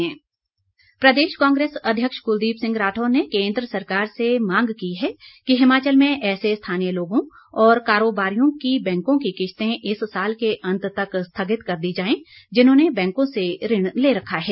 राठौर प्रदेश कांग्रेस अध्यक्ष कुलदीप सिंह राठौर ने केन्द्र सरकार से मांग की है कि हिमाचल में ऐसे स्थानीय लोगों और कारोबारियों की बैंकों की किश्तें इस साल के अंत तक स्थगित कर दी जाएं जिन्होंने बैंकों से ऋण ले रखा है